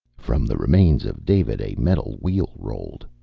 from the remains of david a metal wheel rolled.